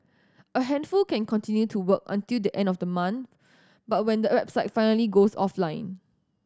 a handful can continue to work until the end of the month but when the website finally goes offline